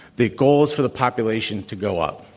the goal is for the population to go up.